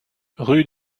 rue